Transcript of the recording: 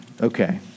okay